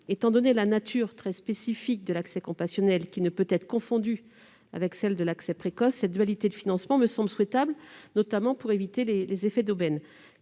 Étant donné la nature très spécifique de l'accès compassionnel, qui ne peut être confondue avec celle de l'accès précoce, cette dualité de financement me semble souhaitable, notamment pour éviter les effets d'aubaine.